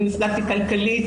אני נפגעתי כלכלית,